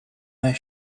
their